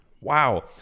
Wow